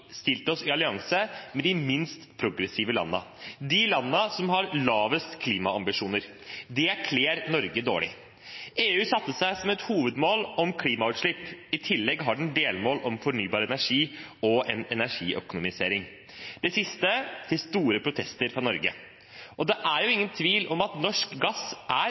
lavest klimaambisjoner. Det kler Norge dårlig. EU satte seg et hovedmål for klimautslipp. I tillegg har EU delmål om fornybar energi og energiøkonomisering, det siste til store protester fra Norge. Det er ingen tvil om at norsk gass er